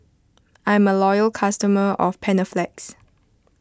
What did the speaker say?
I'm a loyal customer of Panaflex